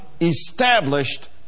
established